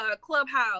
clubhouse